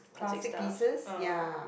classic stuff uh